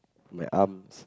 my arms